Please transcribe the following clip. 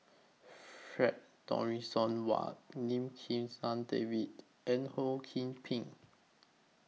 Frank Dorrington Ward Lim Kim San David and Ho SOU Ping